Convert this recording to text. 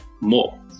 more